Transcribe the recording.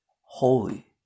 holy